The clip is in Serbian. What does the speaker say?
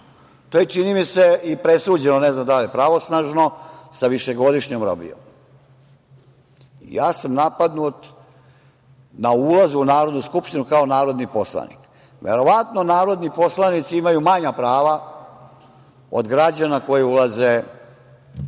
To je, čini mi se, i presuđeno, ne znam da li pravosnažno, sa višegodišnjom robijom. Ja sam napadnut na ulazu u Narodnu skupštinu kao narodni poslanik. Verovatno narodni poslanici imaju manja prava od građana koji ulaze u mesnu zajednicu.